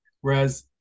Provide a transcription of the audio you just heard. whereas